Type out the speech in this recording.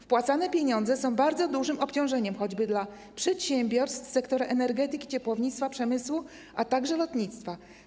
Wpłacane pieniądze są bardzo dużym obciążeniem choćby dla przedsiębiorstw z sektora energetyki, ciepłownictwa, przemysłu, a także lotnictwa.